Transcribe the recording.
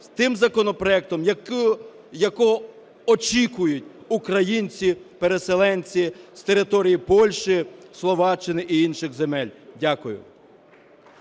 тим законопроектом, якого очікують українці, переселенці з територій Польщі, Словаччини і інших земель. Дякую.